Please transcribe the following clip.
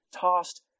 tossed